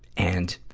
and,